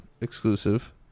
exclusive